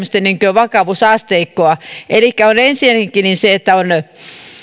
vakavuusasteikkoa elikkä on ensinnäkin